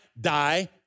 die